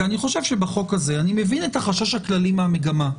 אני מבין את החשש הכללי מהמגמה,